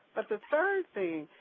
but the third thing,